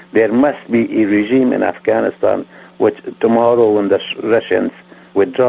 there must be a regime in afghanistan which tomorrow when the russians withdraw,